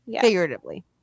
Figuratively